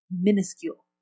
minuscule